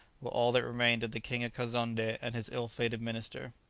were all that remained of the king of kazonnde and his ill fated minister.